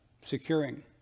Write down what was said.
securing